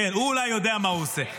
כן, הוא אולי יודע מה הוא עושה.